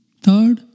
Third